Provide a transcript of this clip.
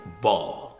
Ball